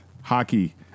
Hockey